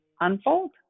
unfold